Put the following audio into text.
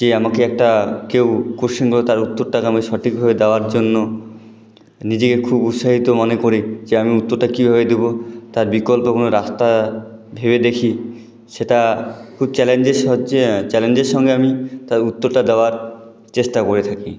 যে আমাকে একটা কেউ কোশ্চেন করে তার উত্তরটা তাকে সঠিকভাবে দেওয়ার জন্য নিজেকে খুব উৎসাহিত মনে করে যে আমি উত্তরটা কীভাবে দেব তার বিকল্প কোনও রাস্তা ভেবে দেখি সেটা খুব চ্যালেঞ্জের সাহায্যে চ্যালেঞ্জের সঙ্গে আমি তার উত্তরটা দেওয়ার চেষ্টা করে থাকি